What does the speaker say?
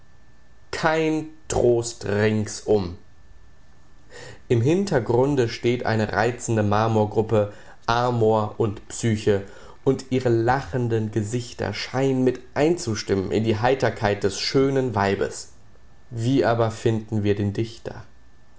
kein trost ringsum im hintergrunde steht eine reizende marmorgruppe amor und psyche und ihre lachenden gesichter scheinen mit einzustimmen in die heiterkeit des schönen weibes wie aber finden wir den dichter